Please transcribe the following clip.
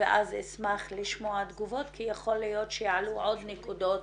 ואז אשמח לשמוע תגובות כי יכול להיות שיעלו עוד נקודות